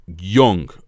young